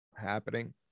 happening